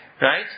right